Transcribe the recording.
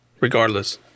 regardless